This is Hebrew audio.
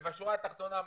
בשורה התחתונה,